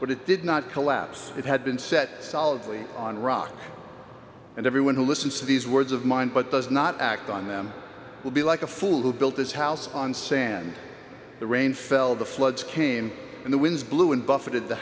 but it did not collapse it had been set solidly on rock and every one who listens to these words of mine but does not act on them will be like a fool who built this house on sand the rain fell the floods came and the winds blew and buffeted the